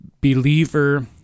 believer